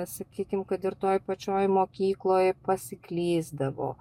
sakykim kad ir toj pačioj mokykloj pasiklysdavo